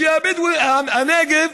שהנגב